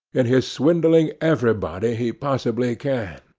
in his swindling everybody he possibly can,